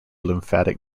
lymphatic